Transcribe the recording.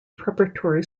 preparatory